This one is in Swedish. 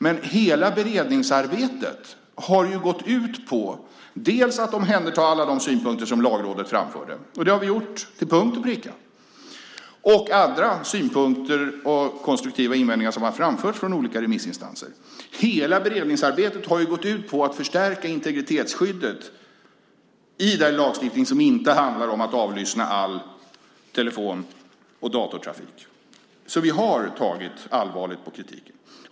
Men hela beredningsarbetet har gått ut på att omhänderta alla de synpunkter som Lagrådet framförde - det har vi gjort till punkt och pricka - och andra synpunkter och konstruktiva invändningar som har framförts från olika remissinstanser. Hela beredningsarbetet har gått ut på att förstärka integritetsskyddet i den lagstiftning som inte handlar om att avlyssna all telefon och datatrafik. Så vi har tagit allvarligt på kritiken.